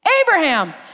Abraham